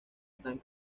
están